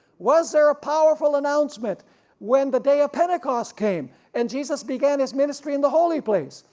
was there a powerful announcement when the day of pentecost came and jesus began his ministry in the holy place?